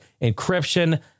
encryption